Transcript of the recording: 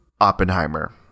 Oppenheimer